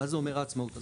מה זה אומר העצמאות הזאת?